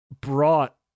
brought